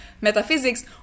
metaphysics